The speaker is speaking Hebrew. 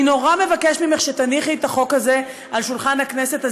נורא מבקש ממך שתניחי את החוק הזה על שולחן הכנסת,